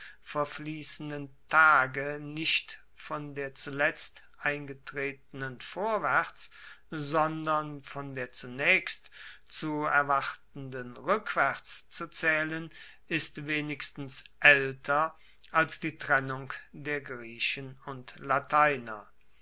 verfliessenden tage nicht von der zuletzt eingetretenen vorwaerts sondern von der zunaechst zu erwartenden rueckwaerts zu zaehlen ist wenigstens aelter als die trennung der griechen und lateiner